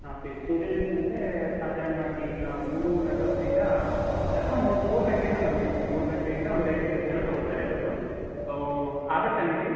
okay students ಅಂದರೆ ಸಾಧಾರ್ಣವಾಗಿ ಈಗ ಮೂರು ನಲ್ವತ್ತರಿಂದ ಅಥ್ವಾ ಮೂರು ಗಂಟೆಯಿಂದ ಬಂದುಬಿಡಿ ಮೂರು ಗಂಟೆಯಿಂದ ಒಂದು ಐದು ಗಂಟೆ ತನಕ ತಗೊತಾರೆ ಅವರು ಆಗುತ್ತಾ ನಿಮಗೆ